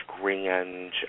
grand